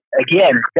again